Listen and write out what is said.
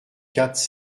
quatre